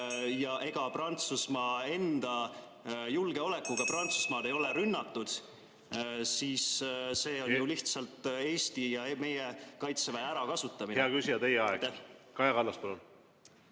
ega Prantsusmaa enda julgeolekuga – Prantsusmaad ei ole rünnatud –, siis see on ju lihtsalt Eesti ja meie kaitseväelaste ärakasutamine. Hea küsija, teie aeg! Kaja Kallas, palun!